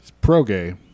pro-gay